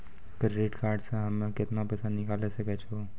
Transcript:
Credit card से हम्मे केतना पैसा निकाले सकै छौ?